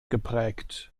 geprägt